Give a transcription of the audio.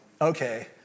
okay